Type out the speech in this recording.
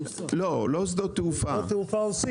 לא, לא שדות תעופה.